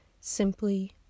simply